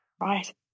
Right